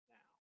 now